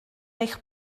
eich